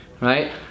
right